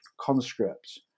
conscripts